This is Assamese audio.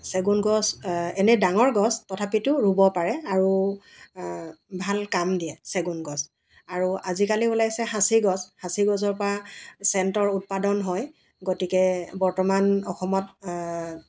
চেগুন গছ এনেই ডাঙৰ গছ তথাপিতো ৰুব পাৰে আৰু ভাল কাম দিয়ে চেগুন গছ আৰু আজিকালি ওলাইছে সাঁচিগছ সাঁচিগছৰ পৰা চেণ্টৰ উৎপাদন হয় গতিকে বৰ্তমান অসমত